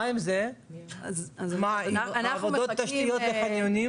מה עם עבודות תשתית לחניונים?